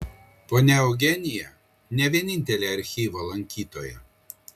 ponia eugenija ne vienintelė archyvo lankytoja